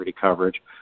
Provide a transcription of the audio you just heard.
coverage